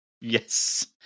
Yes